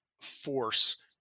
force